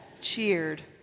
cheered